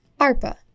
ARPA